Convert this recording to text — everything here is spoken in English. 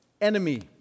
enemy